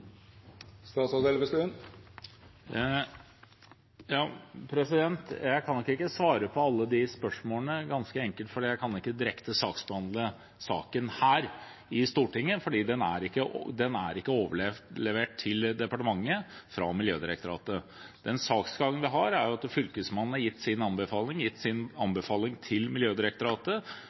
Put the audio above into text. Jeg kan nok ikke svare på alle disse spørsmålene, ganske enkelt fordi jeg ikke kan direkte saksbehandle saken her i Stortinget. Den er ikke overlevert til departementet fra Miljødirektoratet. Den saksgangen vi har, er at Fylkesmannen har gitt sin anbefaling til Miljødirektoratet, og Miljødirektoratet vil komme med sin anbefaling til